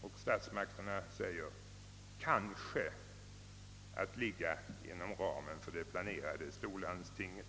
och statsmakterna i Övrigt uttalar, att ligga inom ramen för det planerade storlandstinget.